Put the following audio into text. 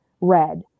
red